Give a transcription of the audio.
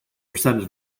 percentage